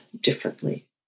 differently